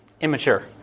Immature